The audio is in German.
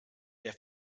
der